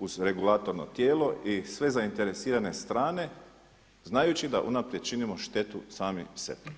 uz regulatorno tijelo i sve zainteresirane strane znajući da unaprijed činimo štetu sami sebi.